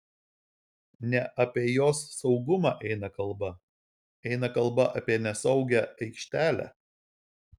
ne apie jos saugumą eina kalba eina kalba apie nesaugią aikštelę